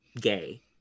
gay